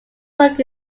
work